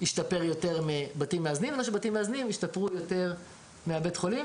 השתפר יותר מבתים מאזנים או שבתים מאזנים השתפרו יותר מבית החולים,